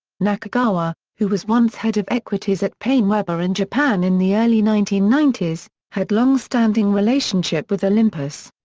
nakagawa, who was once head of equities at painewebber in japan in the early nineteen ninety s, had long-standing relationship with olympus.